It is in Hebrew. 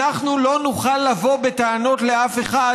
אנחנו לא נוכל לבוא בטענות לאף אחד